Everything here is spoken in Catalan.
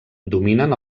dominen